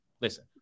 Listen